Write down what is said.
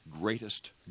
greatest